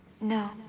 No